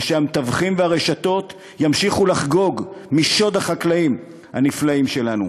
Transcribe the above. ושהמתווכים והרשתות ימשיכו לחגוג משוד החקלאים הנפלאים שלנו.